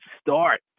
start